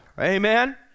amen